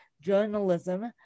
journalism